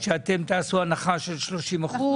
שתעשו הנחה של 30%?